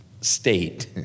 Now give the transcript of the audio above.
state